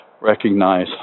Recognize